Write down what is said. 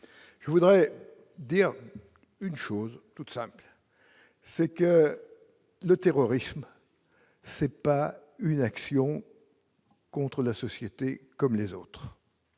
je voudrais dire une chose toute simple, c'est que le terrorisme, c'est pas une action. Contre la société comme les autres.